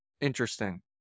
interesting